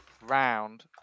round